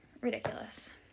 ridiculous